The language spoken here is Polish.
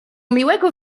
miłego